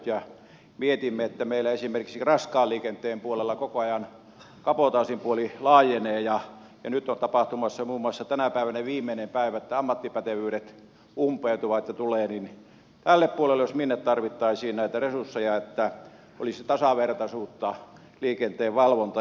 jos mietimme että meillä esimerkiksi raskaan liikenteen puolella koko ajan kabotaasin puoli laajenee ja nyt muun muassa tänä päivänä on viimeinen päivä ennen kuin ammattipätevyydet umpeutuvat niin tälle puolelle jos minne tarvittaisiin näitä resursseja että olisi tasavertaisuutta liikenteen valvonnassa